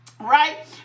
right